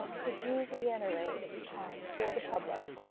could you reiterate for the public,